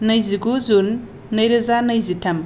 नैजिगु जुन नैरोजा नैजिथाम